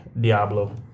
Diablo